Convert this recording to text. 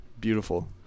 Beautiful